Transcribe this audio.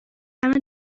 همه